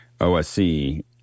OSC